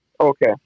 Okay